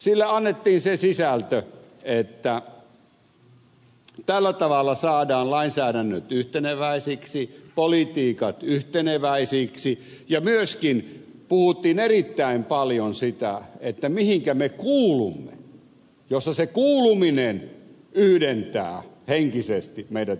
sille annettiin se sisältö että tällä tavalla saadaan lainsäädännöt yhteneväisiksi politiikat yhteneväisiksi ja myöskin puhuttiin erittäin paljon siitä mihinkä me kuulumme jossa se kuuluminen yhdentää henkisesti meidät samaksi porukaksi